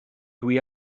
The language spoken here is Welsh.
dwi